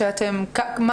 ביום?